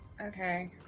Okay